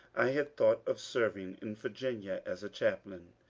i had thought of serving in virginia as a chaplain,